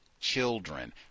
children